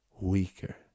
weaker